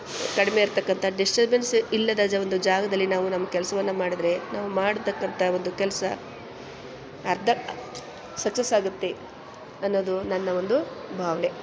ಕಡಿಮೆ ಇರತಕ್ಕಂಥ ಡಿಸ್ಟರ್ಬೆನ್ಸ್ ಇಲ್ಲದ ಒಂದು ಜಾಗದಲ್ಲಿ ನಾವು ನಮ್ಮ ಕೆಲಸವನ್ನ ಮಾಡಿದ್ರೆ ನಾವು ಮಾಡ್ತಕ್ಕಂಥ ಒಂದು ಕೆಲಸ ಅರ್ಧ ಸಕ್ಸಸ್ ಆಗುತ್ತೆ ಅನ್ನೋದು ನನ್ನ ಒಂದು ಭಾವನೆ